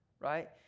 right